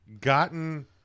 gotten